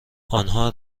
آنها